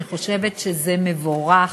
אני חושבת שזה מבורך.